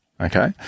okay